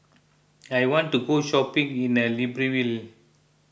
I want to go shopping in Libreville